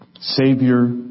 Savior